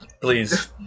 Please